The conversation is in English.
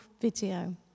video